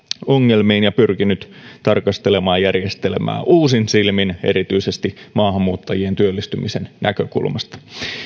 ongelmiin ja pyrkinyt tarkastelemaan järjestelmää uusin silmin erityisesti maahanmuuttajien työllistymisen näkökulmasta